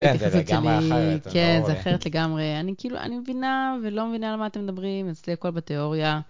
כן, זה לגמרי אחרת. כן, זה אחרת לגמרי. אני כאילו, אני מבינה ולא מבינה על מה אתם מדברים, אצלי כל בתיאוריה.